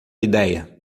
ideia